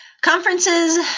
Conferences